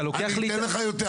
אתה לוקח לי --- אני אתן לך יותר,